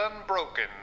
Unbroken